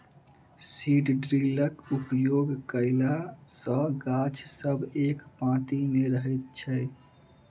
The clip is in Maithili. सीड ड्रिलक उपयोग कयला सॅ गाछ सब एक पाँती मे रहैत छै